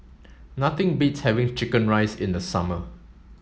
nothing beats having chicken rice in the summer